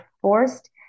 forced